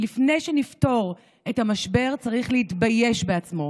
לפני שנפתור את המשבר צריך להתבייש בעצמו.